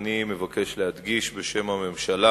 ואני מבקש להדגיש בשם הממשלה,